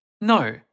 No